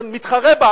מתחרה בה,